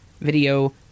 video